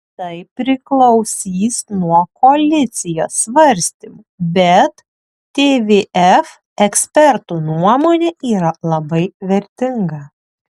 tai priklausys nuo koalicijos svarstymų bet tvf ekspertų nuomonė yra labai vertinga